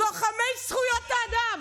לוחמי זכויות האדם.